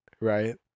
right